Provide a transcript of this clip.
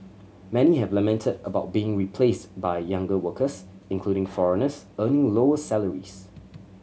many have lamented about being replaced by younger workers including foreigners earning lower salaries